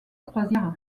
croisière